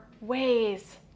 ways